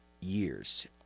years